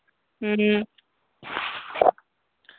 ꯎꯝ